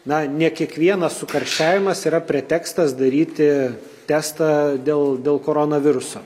na ne kiekvienas sukarščiavimas yra pretekstas daryti testą dėl dėl koronaviruso